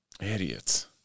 Idiots